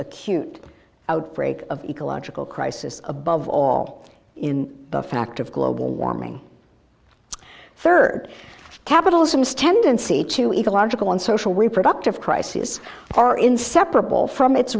acute outbreak of ecological crisis above all in the fact of global warming rd capitalism's tendency to ecological and social reproductive crises are inseparable from its